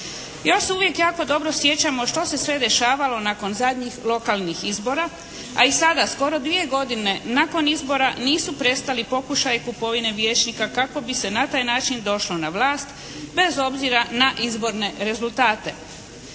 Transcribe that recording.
Još se uvijek jako dobro sjećamo što se sve dešavalo nakon zadnjih lokalnih izbora a i sada skoro dvije godine nakon izbora nisu prestali pokušaji kupovine vijećnika kako bi se na taj način došlo na vlast bez obzira na izborne rezultate.